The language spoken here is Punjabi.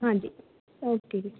ਹਾਂਜੀ ਓਕੇ ਜੀ